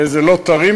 זה לא טרי,